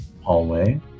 hallway